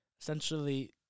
essentially